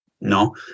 No